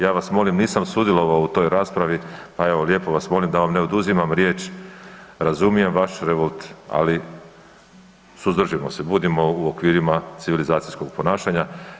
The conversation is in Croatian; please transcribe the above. Ja vas molim, nisam sudjelovao u toj raspravi pa evo lijepo vas pomoli da vam ne oduzimam riječ, razumijem vaš revolt, ali suzdržimo se, budimo u okvirima civilizacijskog ponašanja.